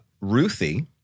Ruthie